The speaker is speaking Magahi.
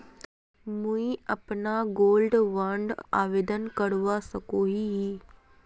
मुई अपना गोल्ड बॉन्ड आवेदन करवा सकोहो ही?